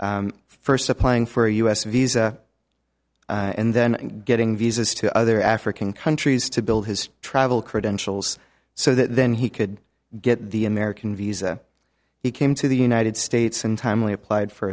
time first applying for a us visa and then getting visas to other african countries to build his travel credentials so then he could get the american visa he came to the united states and timely applied for